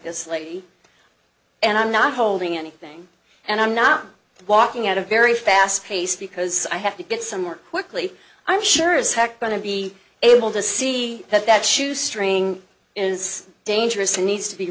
sleazy and i'm not holding anything and i'm not walking at a very fast pace because i have to get some more quickly i'm sure as heck going to be able to see that that shoestring is dangerous and needs to be